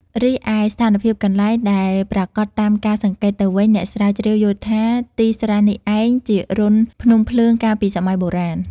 រីឯស្ថានភាពកន្លែង ដែលប្រាកដតាមការសង្កេតទៅវិញ អ្នកស្រាវជ្រាវយល់ថា ទីស្រះនេះឯង ជារន្ធភ្នំភ្លើងកាលពីសម័យបុរាណ។